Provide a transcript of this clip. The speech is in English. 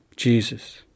Jesus